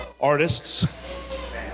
artists